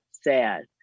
sad